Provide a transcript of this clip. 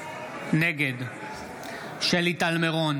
נגד שלי טל מירון,